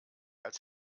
als